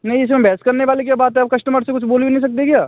नहीं इसमें बहस करने वाली क्या बात है आप कश्टमर से कुछ बोल भी नहीं सकते क्या